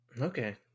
Okay